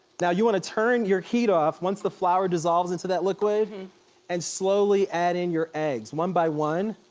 now, you wanna turn your heat off once the flour dissolves into that liquid and and slowly add in your eggs, one by one.